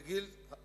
לגילאי